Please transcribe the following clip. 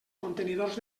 contenidors